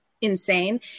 insane